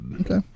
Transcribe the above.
Okay